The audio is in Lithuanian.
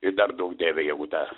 ir dar duok dieve jeigu ta